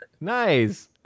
Nice